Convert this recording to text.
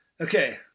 Okay